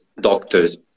doctors